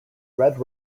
red